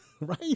Right